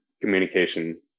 communication